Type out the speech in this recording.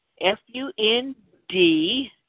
F-U-N-D